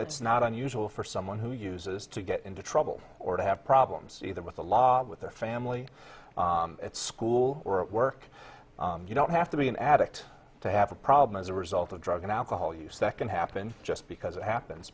it's not unusual for someone who uses to get into trouble or to have problems either with a lot with their family at school or at work you don't have to be an addict to have a problem as a result of drug and alcohol use that can happen just because it happens